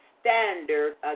standard